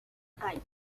calle